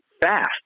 fast